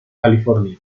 california